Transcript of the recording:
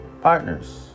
partners